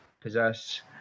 possess